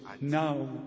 now